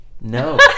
No